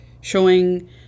showing